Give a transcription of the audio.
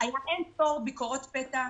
שום בעיה,